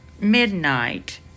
midnight